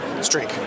streak